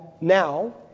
now